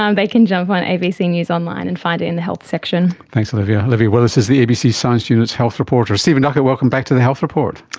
um they can jump on abc news online and find it in the health section. thanks olivia. olivia willis is the abc's science unit's health reporter. stephen duckett, welcome back to the health report.